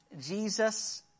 Jesus